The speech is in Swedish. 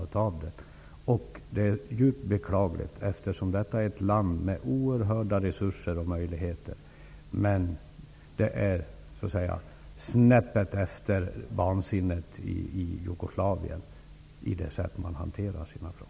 Det är djupt beklagligt, eftersom det är ett land med oerhörda resurser och möjligheter. Det sätt som man hanterar sina frågor på ligger bara ett snäpp från det vansinne som råder i Jugoslavien.